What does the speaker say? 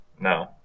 No